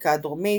שבאמריקה הדרומית,